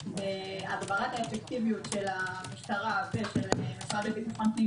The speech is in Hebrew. בהגברת האפקטיביות של המשטרה ושל המשרד לביטחון פנים